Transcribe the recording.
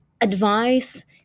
advice